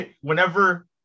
Whenever